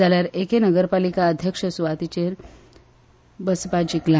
जाल्यार एके नगरपालिका अध्यक्ष सुवातीचेर बसपा जिखला